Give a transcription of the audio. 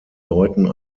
deuten